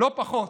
לא פחות.